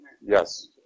yes